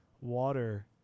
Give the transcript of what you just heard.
water